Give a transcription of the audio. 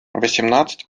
восемнадцать